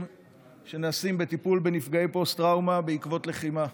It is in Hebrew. שנעשים בטיפול בנפגעי פוסט-טראומה בעקבות לחימה.